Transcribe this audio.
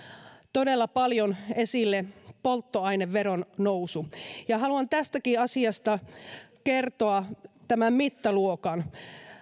todella paljon esille polttoaineveron nousu haluan tästäkin asiasta kertoa tämän mittaluokan